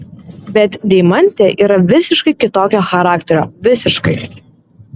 bet deimantė yra visiškai kitokio charakterio visiškai